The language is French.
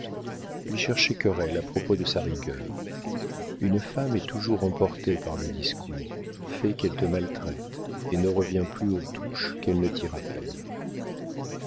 lui chercher querelle à propos de sa rigueur une femme est toujours emportée par le discours fais qu'elle te maltraite et ne reviens plus aux touches qu'elle ne t'y